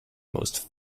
most